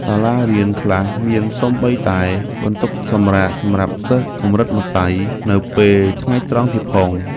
សាលារៀនខ្លះមានសូម្បីតែបន្ទប់សម្រាកសម្រាប់សិស្សកម្រិតមត្តេយ្យនៅពេលថ្ងៃត្រង់ទៀតផង។